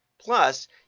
Plus